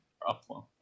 problem